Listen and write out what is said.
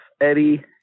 Eddie